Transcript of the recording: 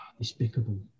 despicable